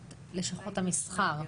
התשפ"ב.